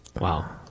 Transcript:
Wow